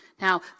Now